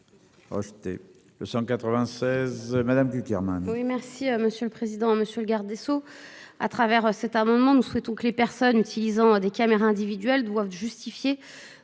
C'était le 196 Madame du birmane. Oui merci à Monsieur le Président. Monsieur le garde des Sceaux à travers cet amendement, nous souhaitons que les personnes utilisant des caméras individuelles doivent justifier